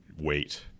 wait